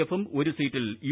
എഫും ഒരു സീറ്റിൽ യു